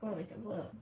siapa siapa